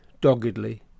doggedly